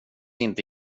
inte